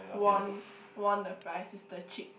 won won the prize is the chick